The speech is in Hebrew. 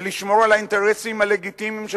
ולשמור על האינטרסים הלגיטימיים של